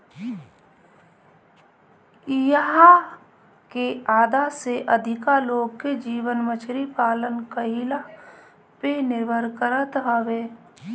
इहां के आधा से अधिका लोग के जीवन मछरी पालन कईला पे निर्भर करत हवे